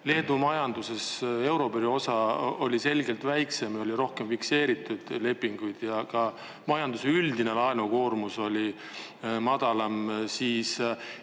Leedu majanduses euribori osa oli selgelt väiksem ja oli rohkem fikseeritud lepinguid ja ka majanduse üldine laenukoormus oli madalam, siis